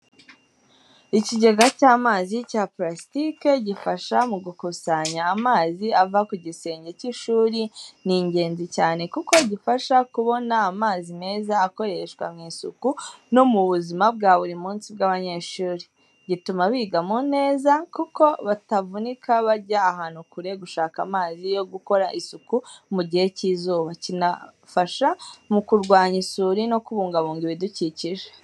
Ikigega cy’amazi cya purasitike gifasha mu gukusanya amazi ava ku gisenge cy’ishuri ni ingenzi cyane kuko gifasha kubona amazi meza akoreshwa mu isuku no mu buzima bwa buri munsi bw’abanyeshuri. Gituma biga mu neza kuko batavunika bajya ahantu kure gushaka amazi yo gukora isuku mu gihe cy'izuba. Kinafasha mu kurwanya isuri no kubungabunga ibidukikije.